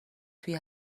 توی